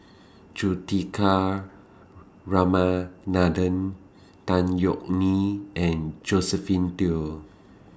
Juthika Ramanathan Tan Yeok Nee and Josephine Teo